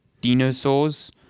dinosaurs